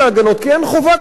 כי אין חובה כלפיו.